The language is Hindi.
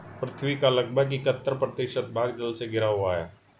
पृथ्वी का लगभग इकहत्तर प्रतिशत भाग जल से घिरा हुआ है